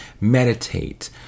meditate